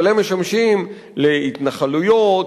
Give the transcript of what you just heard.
אבל הם משמשים להתנחלויות,